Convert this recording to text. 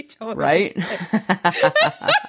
right